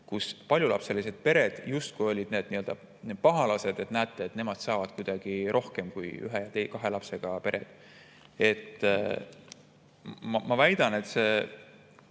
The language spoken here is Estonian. kui paljulapselised pered justkui olid need nii-öelda pahalased, et näete, et nemad saavad kuidagi rohkem kui ühe ja kahe lapsega pered. Ma väidan, et see